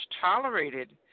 tolerated